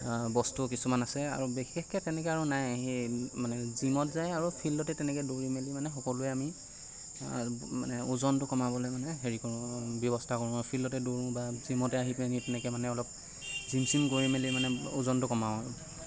বস্তু কিছুমান আছে আৰু বিশেষকৈ তেনেকৈ আৰু নাই সেই মানে জিমত যায় আৰু ফিল্ডতে তেনেকৈ দৌৰি মেলি মানে সকলোৱে আমি মানে ওজনটো কমাবলৈ মানে হেৰি কৰোঁ ব্যৱস্থা কৰোঁ আৰু ফিল্ডতে দৌৰোঁ বা জিমতে আহি পেনি তেনেকৈ মানে অলপ জিম চিম কৰি মেলি মানে ওজনটো কমাওঁ আৰু